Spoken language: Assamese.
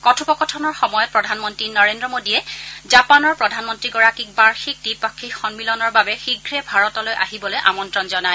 কথোপকথনৰ সময়ত প্ৰধানমন্তী নৰেন্দ্ৰ মোদী জাপানৰ প্ৰধানমন্তীগৰাকীক বাৰ্যিক দ্বিপাক্ষীক সম্মিলনৰ বাবে শীঘ্ৰে ভাৰতলৈ আহিবলৈ আমন্ত্ৰণ জনায়